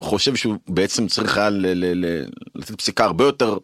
חושב שהוא בעצם צריכה ל ל צריכה הרבה יותר.